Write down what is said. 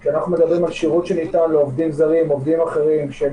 כי אנחנו מדברים על שירות שניתן לעובדים זרים ולעובדים אחרים שהם